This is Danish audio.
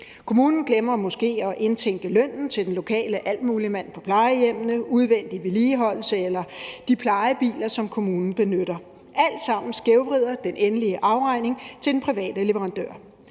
Kommunen glemmer måske at indtænke lønnen til den lokale altmuligmand på plejehjemmene, udvendig vedligeholdelse eller de plejebiler, som kommunen benytter, hvilket alt sammen skævvrider den endelige afregning til den private leverandør.